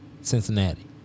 cincinnati